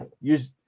use